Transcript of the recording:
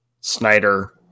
Snyder